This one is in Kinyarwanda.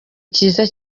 cyiza